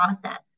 process